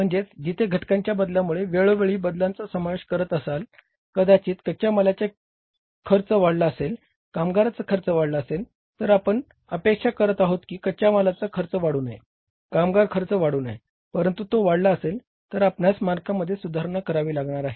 म्हणजे जिथे घटकांच्या बदलांमुळे वेळोवेळी बदलांचा समावेश करत असाल कदाचित कच्च्या मालाचा खर्च वाढला असेल कामगार खर्च वाढला असेल तर आपण अपेक्षा करत आहोत की कच्च्या मालाचा खर्च वाढू नये कामगार खर्च वाढू नये परंतु तो वाढला असेल तर आपणास मानकांमध्ये सुधारणा करावी लागणार आहे